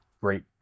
great